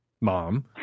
mom